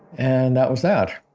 and that was that